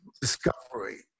discovery